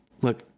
Look